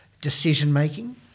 decision-making